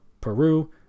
Peru